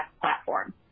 platform